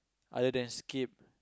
other than scape